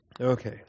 Okay